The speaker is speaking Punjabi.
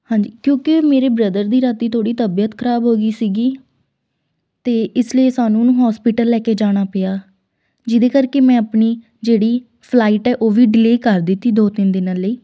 ਹਾਂਜੀ ਕਿਉਂਕਿ ਉਹ ਮੇਰੇ ਬ੍ਰਦਰ ਦੀ ਰਾਤੀ ਥੋੜ੍ਹੀ ਤਬੀਅਤ ਖ਼ਰਾਬ ਹੋ ਗਈ ਸੀਗੀ ਅਤੇ ਇਸ ਲਈ ਸਾਨੂੰ ਉਹਨੂੰ ਹੋਸਪੀਟਲ ਲੈ ਕੇ ਜਾਣਾ ਪਿਆ ਜਿਹਦੇ ਕਰਕੇ ਮੈਂ ਆਪਣੀ ਜਿਹੜੀ ਫਲਾਈਟ ਹੈ ਉਹ ਵੀ ਡੀਲੇਅ ਕਰ ਦਿੱਤੀ ਦੋ ਤਿੰਨ ਦਿਨਾਂ ਲਈ